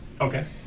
Okay